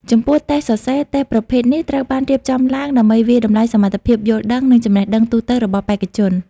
ចំពោះ តេស្តសរសេរ តេស្តប្រភេទនេះត្រូវបានរៀបចំឡើងដើម្បីវាយតម្លៃសមត្ថភាពយល់ដឹង និងចំណេះដឹងទូទៅរបស់បេក្ខជន។